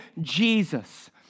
Jesus